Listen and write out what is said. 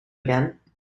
again